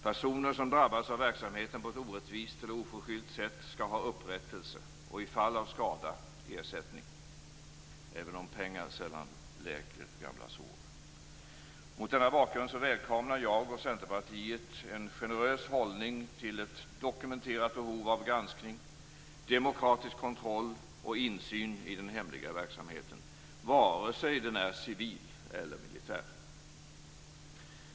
Personer som drabbas av verksamheten på ett orättvist eller oförskyllt sätt skall ha upprättelse och i fall av skada ersättning, även om pengar sällan läker gamla sår. Mot denna bakgrund välkomnar jag och Centerpartiet en generös hållning till ett dokumenterat behov av granskning, demokratisk kontroll och insyn i den hemliga verksamheten, vare sig den är civil eller militär.